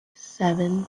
seven